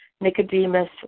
Nicodemus